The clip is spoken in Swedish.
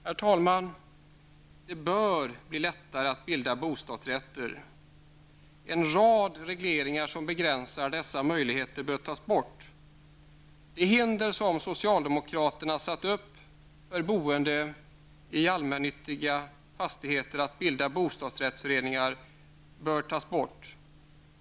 Herr talman! Det bör bli lättare att bilda bostadsrätter. En rad regleringar som begränsar dessa möjligheter bör tas bort. De hinder för att bilda bostadsrättsföreningar som socialdemokraterna satt upp för boende i allmännyttiga fastigheter bör tas bort.